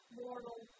mortal